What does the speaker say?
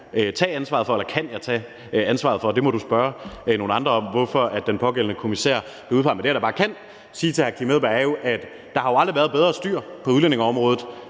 Det hverken kan eller vil jeg tage ansvaret for, og der må du spørge nogle andre om, hvorfor den pågældende kommissær blev udpeget. Men det, jeg da bare kan sige til hr. Kim Edberg Andersen, er, at der aldrig har været bedre styr på udlændingeområdet,